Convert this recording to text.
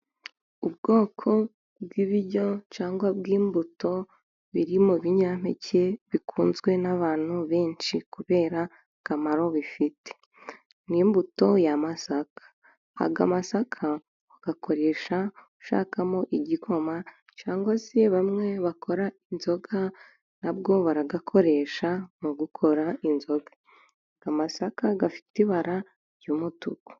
Ubwoko bw'ibiryo cyangwa bw'imbuto, biri mu binyampeke bikunzwe n'abantu benshi, kubera akamaro bifite n'imbuto y'amasaka, amasaka uyakoresha ushakamo igikoma cyangwa se bamwe bakora inzoga nabwo barayakoresha mugukora inzoga, amasaka afite ibara ry'umutuku.